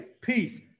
peace